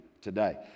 today